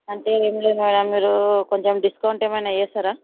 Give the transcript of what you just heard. అంటే ఏమి లేదు మ్యాడమ్ మీరు కొంచం డిస్కౌంట్ ఏమైన చేస్తారా